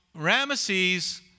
Ramesses